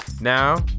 Now